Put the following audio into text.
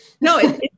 No